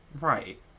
Right